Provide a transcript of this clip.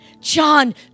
John